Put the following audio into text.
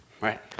right